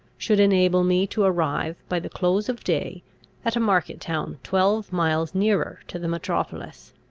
should enable me to arrive by the close of day at a market-town twelve miles nearer to the metropolis.